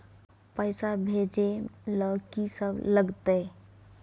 पैसा भेजै ल की सब लगतै?